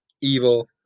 evil